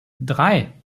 drei